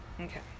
Okay